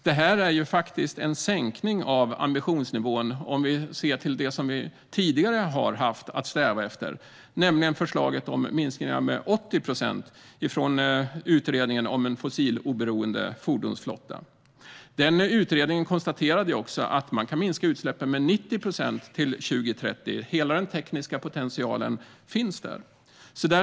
Detta innebär faktiskt en sänkning av ambitionsnivån om vi ser till vad vi tidigare har haft att sträva efter, nämligen förslaget om minskningar om 80 procent som kom från utredningen om en fossiloberoende fordonsflotta. Utredningen konstaterade också att man kan minska utsläppen med 90 procent till 2030. Hela den tekniska potentialen finns tillgänglig.